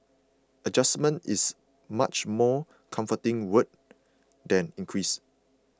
adjustment is a much more comforting word than increase